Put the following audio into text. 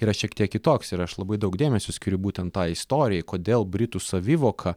yra šiek tiek kitoks ir aš labai daug dėmesio skiriu būtent tai istorijai kodėl britų savivoka